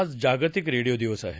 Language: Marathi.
आज जागतिक रेडिओ दिवस आहे